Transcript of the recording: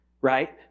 Right